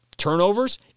Turnovers